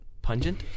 pungent